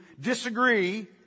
disagree